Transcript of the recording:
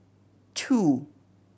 two